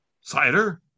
cider